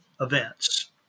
events